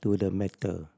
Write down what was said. to the matter